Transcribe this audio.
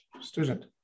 student